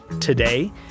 today